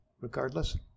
Regardless